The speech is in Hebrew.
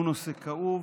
הוא נושא כאוב.